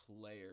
player